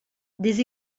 des